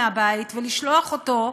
מהבית ולשלוח אותו,